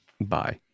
Bye